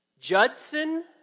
Judson